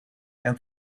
and